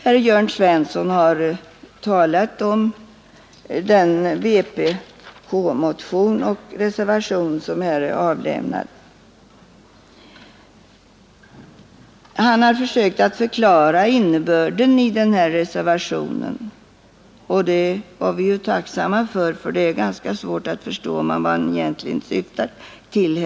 Herr Jörn Svensson har talat om den vpk-motion och vpk-reservation som här är avlämnade. Han har försökt förklara innebörden i reservationen, och det var vi tacksamma för, ty det var ganska svårt att förstå vad man egentligen syftar till.